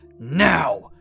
now